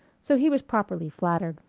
so he was properly flattered.